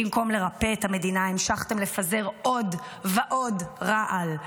במקום לרפא את המדינה המשכתם לפזר עוד ועוד רעל.